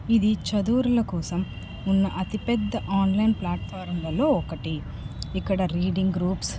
ఇది చదువురుల కోసం ఉన్న అతిపెద్ద ఆన్లైన్ ప్లాట్ఫారంలలో ఒకటి ఇక్కడ రీడింగ్ గ్రూప్స్